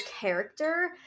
character